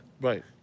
Right